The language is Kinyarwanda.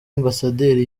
ambasaderi